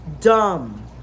Dumb